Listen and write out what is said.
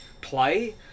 play